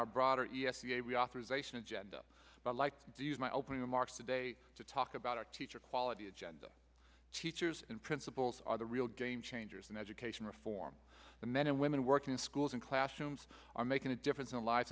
our broader e s e a reauthorization agenda but like i do use my opening remarks today to talk about our teacher quality agenda teachers and principals are the real game changers in education reform the men and women working in schools in classrooms are making a difference in the lives